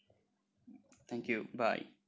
thank you bye